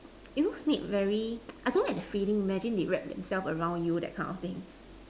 you know snake very I don't like that feeling imagine they wrap themselves around you that kind of thing